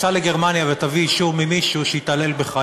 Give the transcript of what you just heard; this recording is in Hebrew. סע לגרמניה ותביא אישור ממישהו שהתעלל בך,